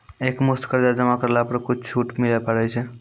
एक मुस्त कर्जा जमा करला पर कुछ छुट मिले पारे छै?